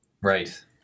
Right